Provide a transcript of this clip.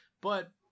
But-